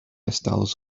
estados